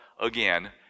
again